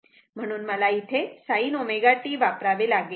म्हणून मला इथे sin ω t वापरावे लागेल